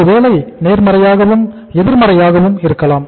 ஒருவேளை நேர்மறையாகவும் எதிர்மறையாகவும் இருக்கலாம்